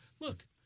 look